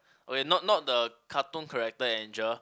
okay not not the cartoon character angel